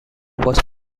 was